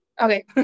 Okay